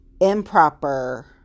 improper